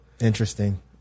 Interesting